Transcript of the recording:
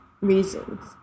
reasons